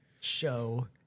show